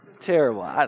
Terrible